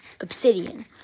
obsidian